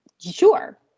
Sure